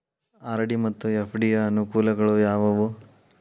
RD ಮತ್ತು FD ಯ ಅನುಕೂಲಗಳು ಯಾವವು?